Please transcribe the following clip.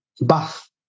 bath